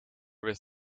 with